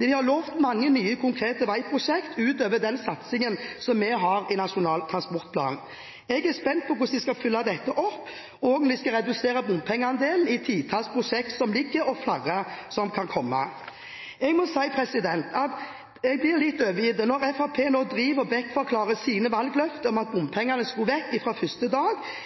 De har lovet mange nye konkrete veiprosjekter utover den satsingen som vi har i Nasjonal transportplan. Jeg er spent på hvordan de skal følge dette opp, og om de skal redusere bompengeandelen i titalls prosjekter som ligger der, og flere som kan komme. Jeg må si at jeg blir litt oppgitt når Fremskrittspartiet nå driver og bortforklarer sine valgløfter om at bompengene skulle vekk fra første dag,